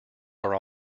are